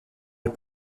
les